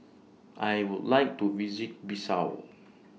I Would like to visit Bissau